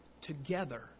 together